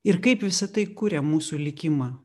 ir kaip visa tai kuria mūsų likimą